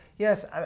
Yes